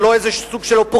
זה לא סוג של אופורטוניזם,